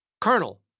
Colonel